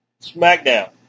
SmackDown